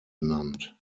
genannt